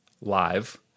live